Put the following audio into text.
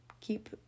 keep